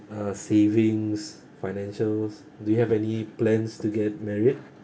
uh savings financials do you have any plans to get married